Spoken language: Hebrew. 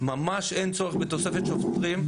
אין צורך בתוספת שוטרים,